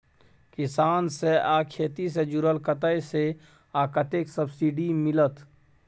किसान से आ खेती से जुरल कतय से आ कतेक सबसिडी मिलत?